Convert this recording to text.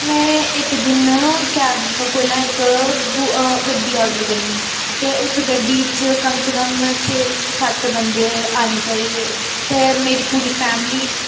मै इक दिन कैब कोला इक ब गड्डी आर्डर करनी ते उस गड्डी च कम से कम छे सत बंदे आने चाहिदे ते मेरी पूरी फैमिली